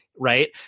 Right